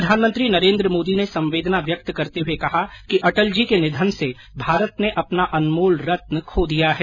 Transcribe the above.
प्रधानमंत्री नरेन्द्र मोदी ने संवेदना व्यक्त करते हुए कहा कि अटल जी के निधन से भारत ने अपना अनमोल रत्न खो दिया है